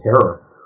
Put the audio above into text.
terror